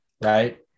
Right